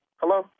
Hello